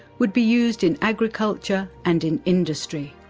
would be used in agriculture and in industry.